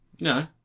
No